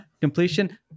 completion